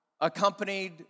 accompanied